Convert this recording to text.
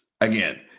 Again